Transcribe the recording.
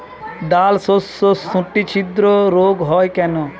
ডালশস্যর শুটি ছিদ্র রোগ হয় কেন?